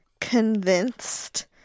convinced